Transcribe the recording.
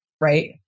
Right